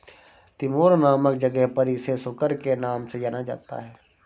Timor नामक जगह पर इसे सुकर के नाम से जाना जाता है